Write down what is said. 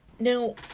Now